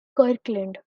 kirkland